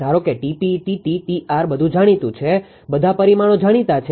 ધારો કે 𝑇𝑝 𝑇𝑡 𝑇𝑟 બધું જાણીતું છે બધા પરિમાણો જાણીતા છે